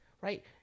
Right